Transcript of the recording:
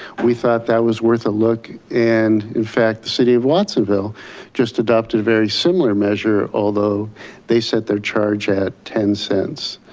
we thought that was worth a look. and in fact the city of watsonville just adopted a very similar measure, although they set their charge at ten cents.